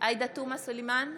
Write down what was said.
עאידה תומא סלימאן,